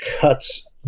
cuts